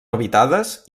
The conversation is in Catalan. habitades